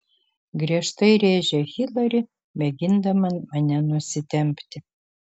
griežtai rėžia hilari mėgindama mane nusitempti